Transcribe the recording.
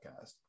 podcast